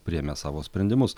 priėmė savo sprendimus